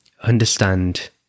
understand